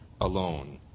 alone